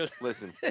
Listen